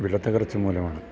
വിലത്തകർച്ച മൂലമാണ്